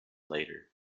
later